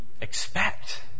expect